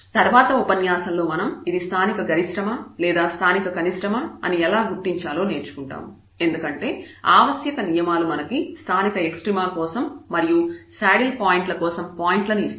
తర్వాత ఉపన్యాసంలో మనం ఇది స్థానిక గరిష్టమా లేదా స్థానిక కనిష్టమా అని ఎలా గుర్తించాలో నేర్చుకుంటాము ఎందుకంటే ఆవశ్యక నియమాలు మనకు స్థానిక ఎక్స్ట్రీమ కోసం మరియు శాడిల్ పాయింట్ ల కోసం పాయింట్ లను ఇస్తాయి